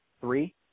three